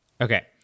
Okay